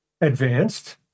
advanced